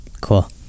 cool